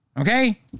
Okay